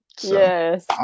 Yes